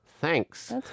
thanks